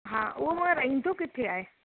हा उहो हूअं रहंदो किथे आहे